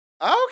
Okay